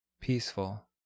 peaceful